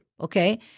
okay